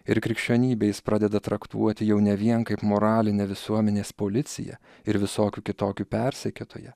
ir krikščionybę jis pradeda traktuoti jau ne vien kaip moralinę visuomenės policiją ir visokių kitokių persekiotoją